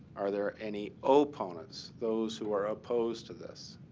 are there any opponents, those who are opposed to this?